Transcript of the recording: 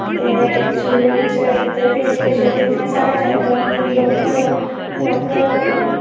ते छिल्लु देवते जि'यां साढ़े जात्तर होंदी लोकल लोकल लोकें दे